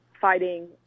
fighting